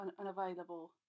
unavailable